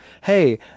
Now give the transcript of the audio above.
Hey